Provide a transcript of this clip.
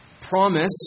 promise